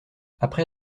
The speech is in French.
après